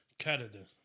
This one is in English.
Canada